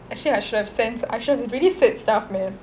actually I should have sen~ I should have really said stuff man